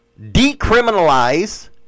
Decriminalize